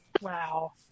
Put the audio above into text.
Wow